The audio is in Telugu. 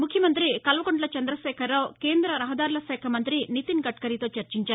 ముఖ్యమంతి కల్వకుంట్ల చంద్రశేఖరరావు కేంద్ర రహదారుల శాఖ మంతి నితిన్ గద్కరీతో చర్చించారు